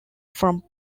from